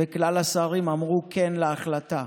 וכלל השרים אמרו כן על ההחלטה.